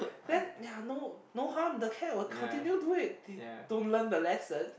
then yeah no no harm the cat will continue do it they don't learn the lesson